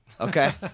Okay